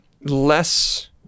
less